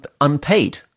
unpaid